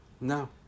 No